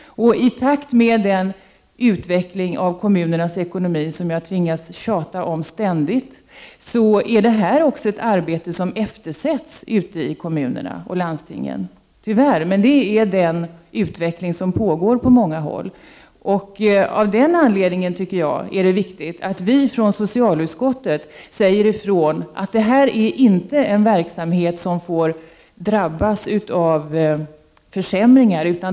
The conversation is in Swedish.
I takt med den utveckling av kommunernas ekonomi som jag tvingas tjata om ständigt är det här ett arbete som eftersätts ute i kommunerna och landstingen. Tyvärr är detta en utveckling som pågår på många håll. Av den anledningen är det viktigt att vi från socialutskottet säger ifrån att det här är en verksamhet som inte får drabbas av försämringar.